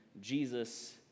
Jesus